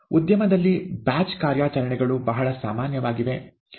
ಉದ್ಯಮದಲ್ಲಿ ಬ್ಯಾಚ್ ಕಾರ್ಯಾಚರಣೆಗಳು ಬಹಳ ಸಾಮಾನ್ಯವಾಗಿವೆ